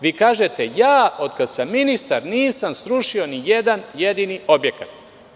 Vi kažete – ja, od kada sam ministar, nisam srušio ni jedan jedini objekat.